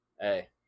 Hey